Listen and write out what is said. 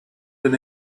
been